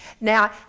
Now